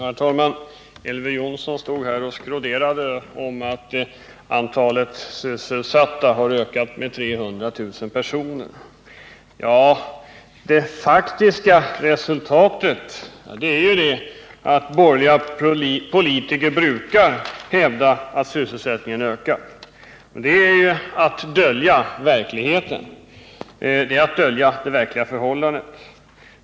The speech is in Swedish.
Herr talman! Elver Jonsson stod här och skroderade om att antalet sysselsatta har ökat med 300 000. Ja, borgerliga politiker brukar ju hävda att sysselsättningen ökar. Men det är att dölja det verkliga förhållandet.